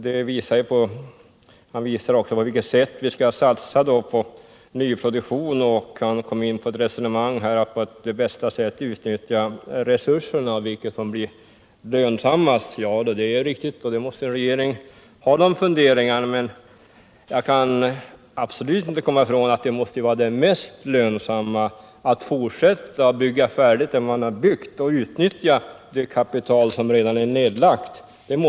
Han redogjorde för på vilket sätt vi skall satsa på nyproduktion och kom in på frågan om det mest lönsamma sättet att utnyttja resurserna. En regering måste naturligtvis ha de funderingarna, men jag kan absolut inte komma ifrån tanken att det mest lönsamma måste vara att bygga färdigt vad man har påbörjat och utnyttja det kapital som redan är nedlagt där.